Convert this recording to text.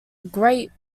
great